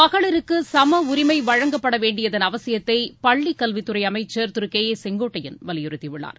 மகளிருக்கு சம்உரிமை வழங்கப்படவேண்டியதன் அவசியத்தை பள்ளிக்கல்வித்துறை அமைச்சர் கே ஏ செங்கோட்டையன் வலியுறுத்தி உள்ளார்